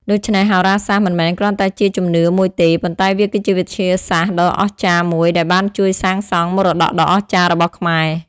ដូច្នេះ ហោរាសាស្ត្រមិនមែនគ្រាន់តែជាជំនឿមួយទេ ប៉ុន្តែវាគឺជាវិទ្យាសាស្ត្រដ៏អស្ចារ្យមួយដែលបានជួយសាងសង់មរតកដ៏អស្ចារ្យរបស់ខ្មែរ។